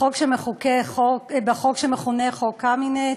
בחוק שמכונה "חוק קמיניץ".